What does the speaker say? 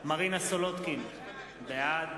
מרינה סולודקין, בעד